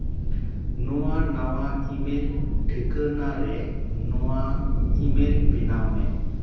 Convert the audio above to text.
ᱱᱚᱣᱟ ᱱᱟᱣᱟ ᱤᱢᱮᱞ ᱴᱷᱤᱠᱟᱹᱱᱟ ᱨᱮ ᱱᱚᱣᱟ ᱤᱢᱮᱞ ᱵᱮᱱᱟᱣ ᱢᱮ